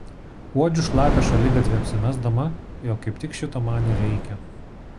uodžiu šlapią šaligatvį apsimesdama jog kaip tik šito man ir reikia